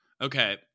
Okay